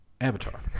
avatar